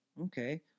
Okay